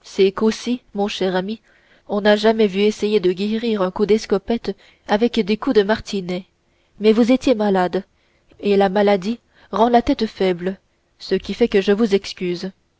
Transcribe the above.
c'est qu'aussi mon cher ami on n'a jamais vu essayer de guérir un coup d'escopette avec des coups de martinet mais vous étiez malade et la maladie rend la tête faible ce qui fait que je vous